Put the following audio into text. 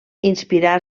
inspirar